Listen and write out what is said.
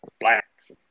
blacks